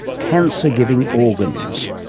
cancer giving organs.